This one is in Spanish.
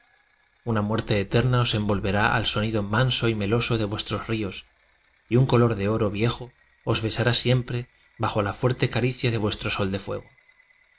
una muerte eterna os envolverá al sonido manso y meloso de vuestros ríos y un color de oro viejo os besará siempre bajo la fuer te caricia de vuestro sol de fuego